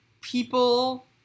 people